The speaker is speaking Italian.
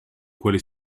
quale